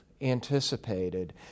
anticipated